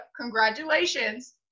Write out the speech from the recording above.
congratulations